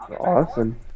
Awesome